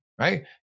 right